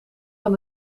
van